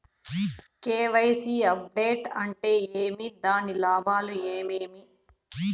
KYC update అంటే ఏమి? దాని లాభాలు ఏమేమి?